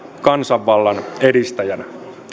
kansanvallan edistäjänä